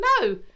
no